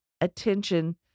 attention